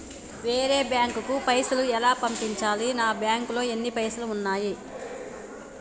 వేరే బ్యాంకుకు పైసలు ఎలా పంపించాలి? నా బ్యాంకులో ఎన్ని పైసలు ఉన్నాయి?